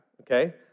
okay